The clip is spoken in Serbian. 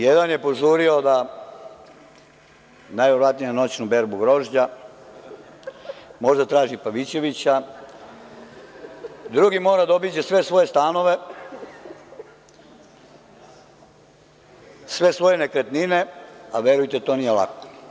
Jedan je požurio najverovatnije na noćnu berbu grožđa, možda traži Pavićevića, drugi mora da obiđe sve svoje stanove, sve svoje nekretnine, a verujte, to nije lako.